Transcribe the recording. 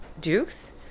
Duke's